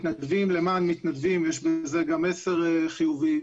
מתנדבים למען מתנדבים, יש בזה גם מסר חיובי.